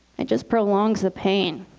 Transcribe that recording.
it just prolongs the pain.